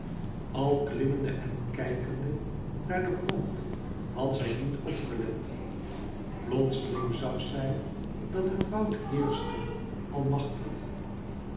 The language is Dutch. al klimmende en kijkende naar den grond had zij niet opgelet plotsehng zag zij dat het woud heerschte almachtig